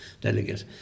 delegate